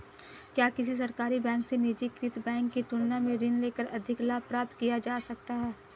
क्या किसी सरकारी बैंक से निजीकृत बैंक की तुलना में ऋण लेकर अधिक लाभ प्राप्त किया जा सकता है?